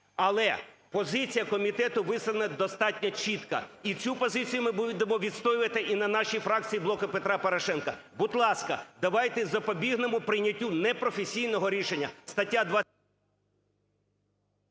але позиція комітету висловлена достатньо чітко, і цю позицію ми будемо відстоювати і на нашій фракції "Блоку Петра Порошенка". Будь ласка, давайте запобігнемо прийняттю непрофесійного рішення.